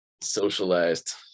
socialized